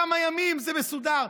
כמה ימים וזה מסודר.